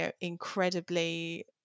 incredibly